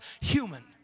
human